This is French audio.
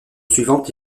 suivante